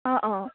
অঁ অঁ